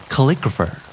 Calligrapher